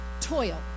toil